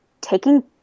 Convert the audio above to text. taking